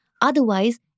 Otherwise